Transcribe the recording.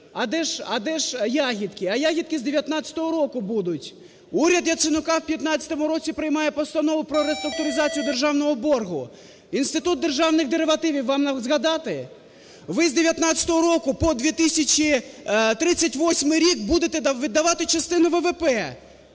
а де ж ягідки? А ягідки з 2019 року будуть. Уряд Яценюка у 2015 році приймає Постанову про реструктуризацію державного боргу. Інститут державних деривативів вам згадати? Ви з 2019 року по 2038 рік будете віддавати частину ВВП.